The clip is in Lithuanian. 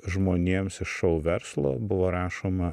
žmonėms iš šou verslo buvo rašoma